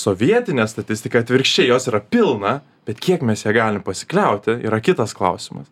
sovietinė statistika atvirkščiai jos yra pilna bet kiek mes ja galim pasikliauti yra kitas klausimas